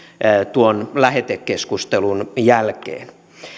tuon lähetekeskustelun jälkeen